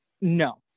No